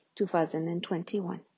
2021